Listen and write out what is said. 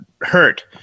hurt